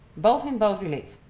both in bold relief,